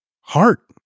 heart